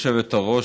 גברתי היושבת-ראש,